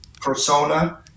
persona